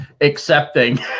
accepting